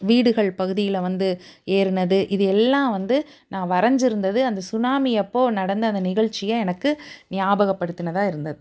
வீடுகள் பகுதியில் வந்து ஏறினது இது எல்லாம் வந்து நான் வரைஞ்சிருந்தது அந்த சுனாமி அப்போது நடந்த அந்த நிகழ்ச்சியை எனக்கு நியாபகம் படுத்துனதாக இருந்தது